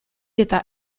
eta